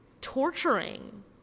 torturing